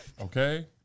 Okay